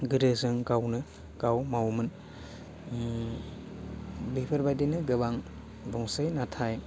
गोदो जों गावनो गाव मावोमोन उम बेफोरबायदिनो गोबां दंसै नाथाय